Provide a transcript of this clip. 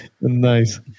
Nice